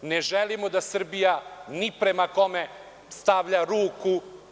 Ne želimo da Srbija ni prema kome stavlja ruku.